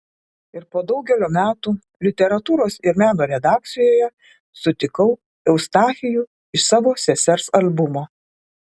ir po daugelio metų literatūros ir meno redakcijoje sutikau eustachijų iš savo sesers albumo